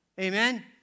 Amen